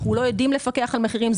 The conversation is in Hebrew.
אנחנו לא יודעים לפקח על מחירים.